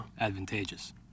advantageous